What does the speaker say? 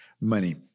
money